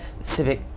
civic